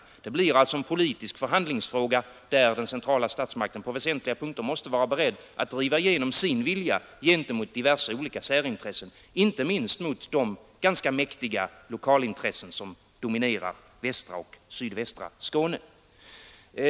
Det blir alltså en politisk förhandlingsfråga där den centrala statsmakten på väsentliga punkter måste vara beredd att driva igenom sin vilja gentemot diverse olika särintressen, inte minst de ganska mäktiga lokalintressen som dominerar västra och sydvästra Skåne.